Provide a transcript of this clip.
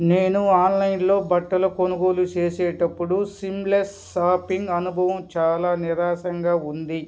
నేను ఆన్లైన్లో బట్టలు కొనుగోలు చేసేటప్పుడు సిమ్లెస్ షాపింగ్ అనుభవం చాలా నిరాశగా ఉంది